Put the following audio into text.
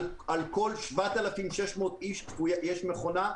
ושם על כל 7,600 איש יש מכונה.